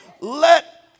let